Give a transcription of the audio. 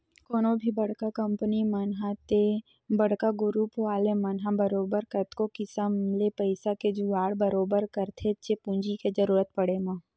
कोनो भी बड़का कंपनी मन ह ते बड़का गुरूप वाले मन ह बरोबर कतको किसम ले पइसा के जुगाड़ बरोबर करथेच्चे पूंजी के जरुरत पड़े म